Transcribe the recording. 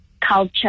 culture